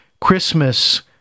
Christmas